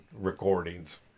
recordings